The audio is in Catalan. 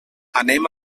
anem